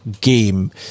game